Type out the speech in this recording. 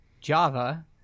Java